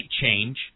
change